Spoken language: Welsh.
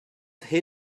ddangos